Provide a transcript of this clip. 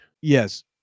Yes